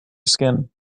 skin